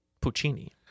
puccini